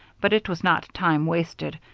but it was not time wasted,